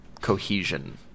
cohesion